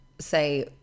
say